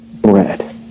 bread